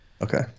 Okay